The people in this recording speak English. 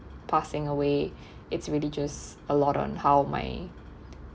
passing away it's really just a lot on how my